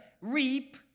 reap